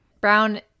Brown